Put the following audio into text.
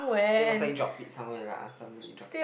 it was like drop it somewhere lah somebody drop